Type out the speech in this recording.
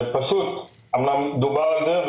אומנם דובר על זה,